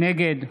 נגד